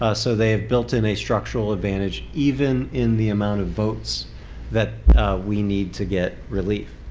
ah so they have built in a structural advantage even in the amount of votes that we need to get relief.